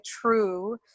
true